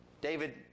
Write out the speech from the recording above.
david